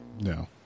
No